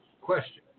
question